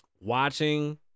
Watching